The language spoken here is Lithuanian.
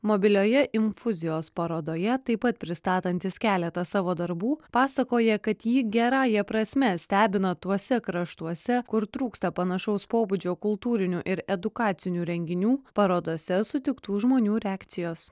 mobilioje infuzijos parodoje taip pat pristatantis keletą savo darbų pasakoja kad jį gerąja prasme stebina tuose kraštuose kur trūksta panašaus pobūdžio kultūrinių ir edukacinių renginių parodose sutiktų žmonių reakcijos